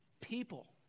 people